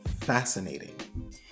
fascinating